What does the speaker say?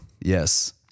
Yes